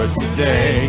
today